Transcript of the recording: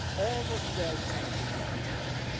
or what is the right kind of education,